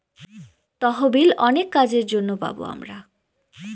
তহবিল অনেক কাজের জন্য পাবো আমরা